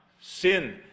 sin